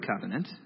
Covenant